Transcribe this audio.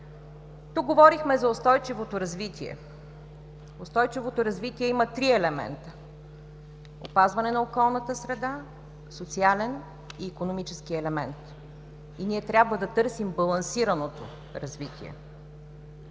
Тук говорихме за устойчивото развитие. Устойчивото развитие има три елемента: опазване на околната среда, социален и икономически елемент, и трябва да търсим балансираното развитие.